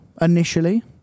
initially